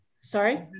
sorry